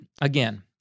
again